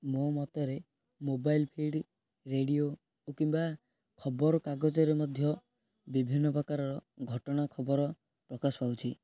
ମୋ ମତରେ mobile feed radio କିମ୍ବା ଖବରକାଗଜରେ ମଧ୍ୟ ବିଭିନ୍ନ ପ୍ରକାରର ଘଟଣା ଖବର ପ୍ରକାଶ ପାଉଛି